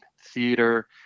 theater